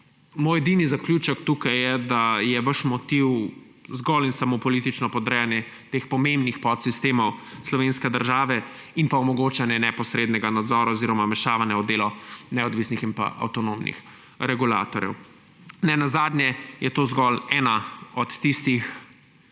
moj edini zaključek tukaj je, da je vaš motiv zgolj in samo politično podrejanje teh pomembnih podsistemov slovenske države in omogočanje neposrednega nadzora oziroma vmešavanja v delo neodvisnih in avtonomnih regulatorjev. Nenazadnje je to zgolj ena od tistih